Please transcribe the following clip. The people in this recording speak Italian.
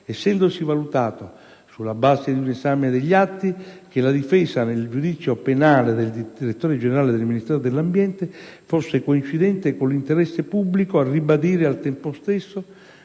essendosi valutato, sulla base di un esame degli atti, che la difesa nel giudizio penale del direttore generale del Ministero dell'ambiente fosse coincidente con l'interesse pubblico a ribadire, al tempo stesso,